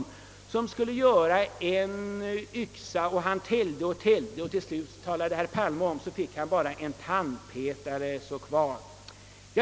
Han skulle tillverka ett yxskaft, och han täljde så mycket och länge att han till slut bara fick en tandpetare kvar.